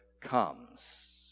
comes